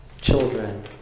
children